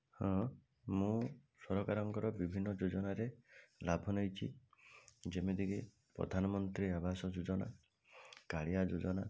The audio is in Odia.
ହଁ ମୁଁ ସରକାରଙ୍କର ବିଭିନ୍ନ ଯୋଜନାରେ ଲାଭ ନେଇଛି ଯେମିତି କି ପ୍ରଧାନମନ୍ତ୍ରୀ ଆବାସ ଯୋଜନା କାଳିଆ ଯୋଜନା